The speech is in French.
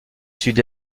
sud